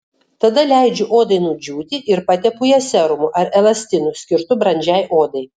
tada leidžiu odai nudžiūti ir patepu ją serumu ar elastinu skirtu brandžiai odai